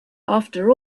after